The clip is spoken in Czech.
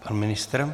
Pan ministr?